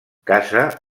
casa